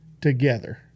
together